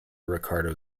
ricardo